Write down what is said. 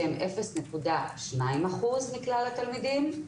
שהם אפס נקודה שניים אחוז מכלל התלמידים.